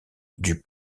dut